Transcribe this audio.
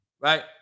right